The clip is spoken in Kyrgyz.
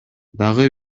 дагы